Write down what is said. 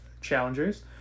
challengers